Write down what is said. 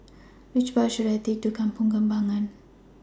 Which Bus should I Take to Kampong Kembangan